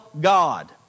God